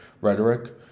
rhetoric